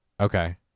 Okay